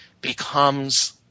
becomes